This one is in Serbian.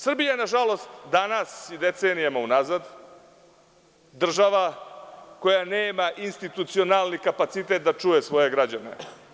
Srbija je nažalost danas i decenijama unazad država koja nema institucionalni kapacitet da čuje svoje građane.